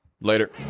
Later